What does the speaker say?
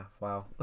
wow